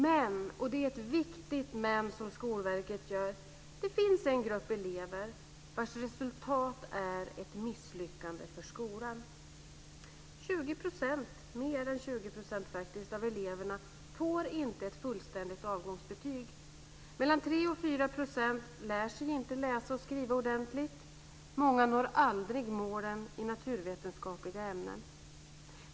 Men, och det är ett viktigt men som Skolverket gör, det finns en grupp elever vars resultat är ett misslyckande för skolan. Mer än 20 % av eleverna får inte ett fullständigt avgångsbetyg. Mellan 3 och 4 % lär sig inte läsa och skriva ordentligt. Många når aldrig målen i naturvetenskapliga ämnen.